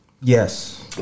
Yes